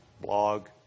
blog